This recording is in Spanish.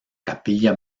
capilla